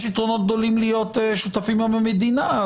יש יתרונות גדולים להיות שותפים למדינה,